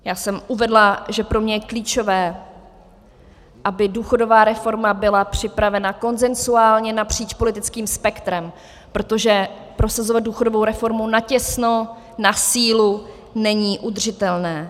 Já jsem uvedla, že pro mě je klíčové, aby důchodová reforma byla připravena konsenzuálně napříč politickým spektrem, protože prosazovat důchodovou reformu na těsno, na sílu, není udržitelné.